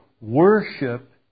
worship